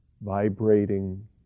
vibrating